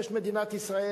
יש מדינת ישראל,